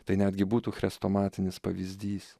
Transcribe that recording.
tai netgi būtų chrestomatinis pavyzdys